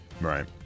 Right